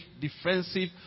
defensive